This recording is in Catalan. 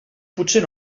potser